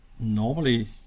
normally